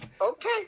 okay